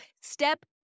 step